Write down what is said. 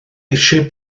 eisiau